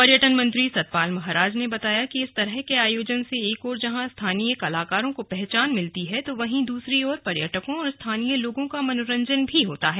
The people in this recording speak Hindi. पर्यटन मंत्री सतपाल महाराज ने बताया कि इस तरह के आयोजन से एक ओर जहां स्थानीय कलाकारों को पहचान मिलती है तो वहीं दूसरी ओर पर्यटकों और स्थानीय लोगों का मनोरंजन भी होता है